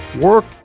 work